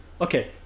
Okay